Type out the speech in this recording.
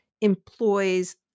employs